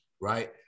right